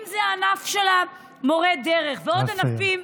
אם זה הענף של מורי הדרך, נא לסיים.